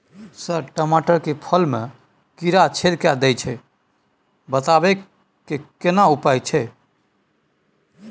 Sir टमाटर के फल में कीरा छेद के दैय छैय बचाबै के केना उपाय छैय?